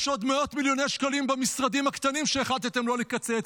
יש עוד מאות מיליוני שקלים במשרדים הקטנים שהחלטתם לא לקצץ.